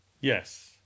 yes